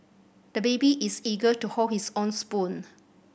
the baby is eager to hold his own spoon